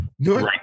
right